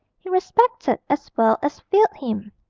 he respected as well as feared him.